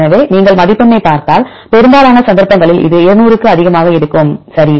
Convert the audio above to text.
எனவே நீங்கள் மதிப்பெண்ணைப் பார்த்தால் பெரும்பாலான சந்தர்ப்பங்களில் இது 200 க்கும் அதிகமாக இருக்கும் சரி